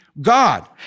God